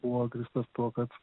buvo grįstas tuo kad